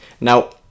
Now